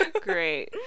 great